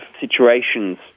situations